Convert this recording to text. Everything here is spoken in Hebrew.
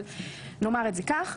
נאמר את זה כך.